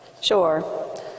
Sure